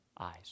eyes